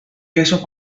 queso